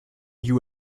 you